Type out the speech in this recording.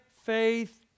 faith